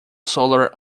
solar